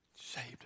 saved